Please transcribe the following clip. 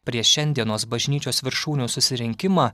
prieš šiandienos bažnyčios viršūnių susirinkimą